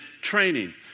training